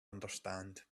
understand